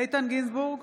איתן גינזבורג,